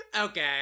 Okay